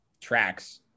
tracks